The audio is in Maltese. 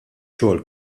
xogħol